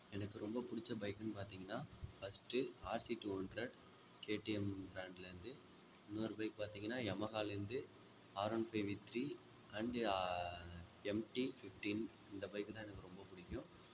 எனக்கு ரொம்ப பிடிச்ச பைக்குன்னு பார்த்திங்கன்னா first R C two hundred KTM ப்ராண்ட்லேருந்து இன்னொரு பைக் பார்த்திங்கன்னா யமஹாலேந்து R one five V three and MT fifteen இந்த பைக்கு தான் எனக்கு ரொம்ப பிடிக்கும்